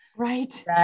right